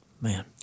Man